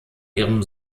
ihrem